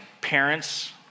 parents